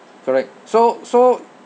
correct so so